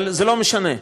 אבל זה לא משנה,